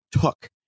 took